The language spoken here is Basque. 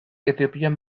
etiopian